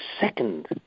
second